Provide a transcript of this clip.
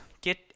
Get